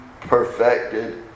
perfected